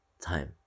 time